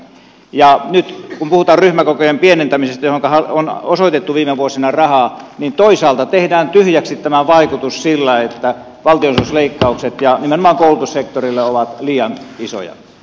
nyt kun puhutaan ryhmäkokojen pienentämisestä johonka on osoitettu viime vuosina rahaa toisaalta tehdään tyhjäksi tämän vaikutus sillä että valtionosuusleikkaukset nimenomaan koulutussektorilla ovat liian isoja